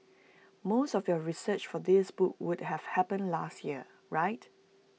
most of your research for this book would have happened last year right